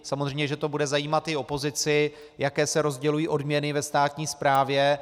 Samozřejmě že to bude zajímat i opozici, jaké se rozdělují odměny ve státní správě.